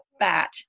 fat